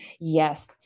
Yes